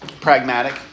pragmatic